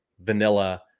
vanilla